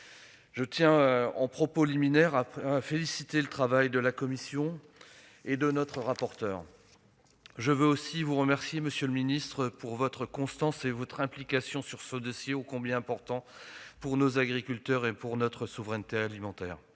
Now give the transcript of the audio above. Je tiens tout d'abord à féliciter la commission et notre rapporteur de leur travail. Je veux aussi vous remercier, monsieur le ministre, pour votre constance et votre implication sur ce dossier ô combien important pour nos agriculteurs et pour notre souveraineté alimentaire.